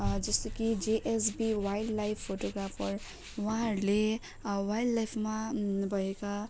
जस्तै कि JSB wildlife photographer उहाँहरूले वाइल्डलाइफमा भएका